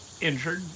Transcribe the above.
injured